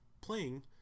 playing